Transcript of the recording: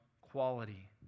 quality